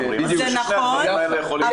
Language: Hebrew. שני הדברים האלה יכולים להיות במקביל.